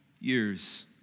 years